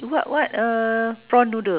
street twenty one where is that